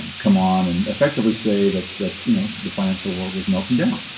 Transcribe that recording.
come on, and effectively say that that you know, the financial world was melting down